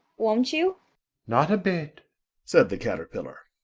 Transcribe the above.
won't you not a bit said the caterpillar.